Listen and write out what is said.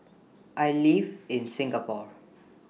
I live in Singapore